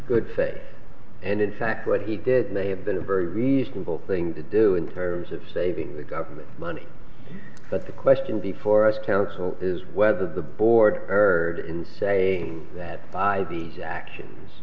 good faith and in fact what he did may have been a very reasonable thing to do in terms of saving the government money but the question before us counsel is whether the board heard in saying that by these actions